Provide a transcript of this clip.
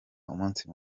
umunsi